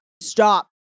stop